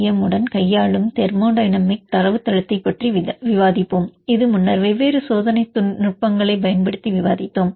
M உடன் கையாளும் thermodynamic தரவுத்தளத்தைப் பற்றி விவாதிப்போம் இது முன்னர் வெவ்வேறு சோதனை நுட்பங்களைப் பயன்படுத்தி விவாதித்தோம்